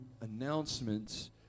announcements